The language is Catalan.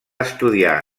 estudiar